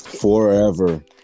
Forever